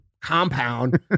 compound